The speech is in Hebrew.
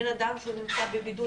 בן אדם שנמצא בבידוד,